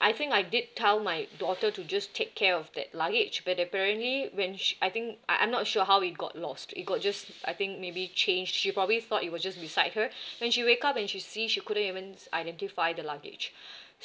I think I did tell my daughter to just take care of that luggage bur apparently when sh~ I think I I'm not sure how it got lost it got just I think maybe changed she probably thought it was just beside here when she wake up and she see she couldn't even identify the luggage